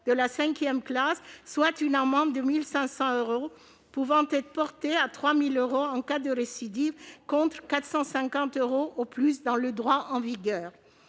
classe, autrement dit d'une amende de 1 500 euros, pouvant être portée à 3 000 euros en cas de récidive, contre 450 euros au maximum dans le droit en vigueur.